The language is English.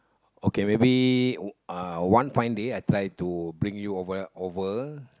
okay maybe uh one fine day I try to bring you over over